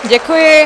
Děkuji.